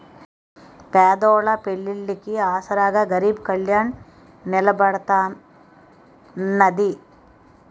పేదోళ్ళ పెళ్లిళ్లికి ఆసరాగా గరీబ్ కళ్యాణ్ నిలబడతాన్నది